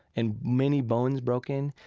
and many bones broken.